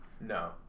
No